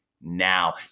Now